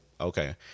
okay